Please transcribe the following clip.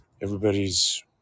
Everybody's